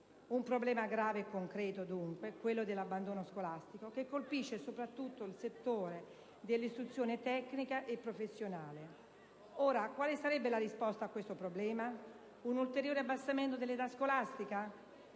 Un problema grave e concreto, dunque, quello dell'abbandono scolastico, che colpisce soprattutto il settore dell'istruzione tecnica e professionale. Ora quale sarebbe la risposta a questo problema? Un ulteriore abbassamento dell'età scolastica?